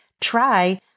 Try